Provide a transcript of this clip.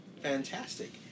Fantastic